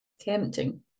tempting